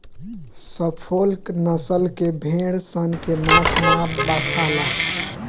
Suffolk नसल के भेड़ सन के मांस ना बासाला